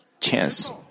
chance